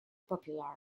popular